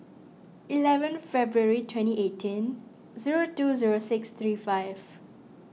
eleven February twenty eighteen zero two zero six three five